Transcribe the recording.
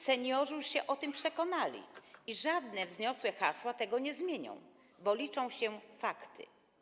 Seniorzy już się o tym przekonali i żadne wzniosłe hasła tego nie zmienią, bo liczą się fakty.